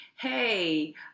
Hey